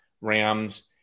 Rams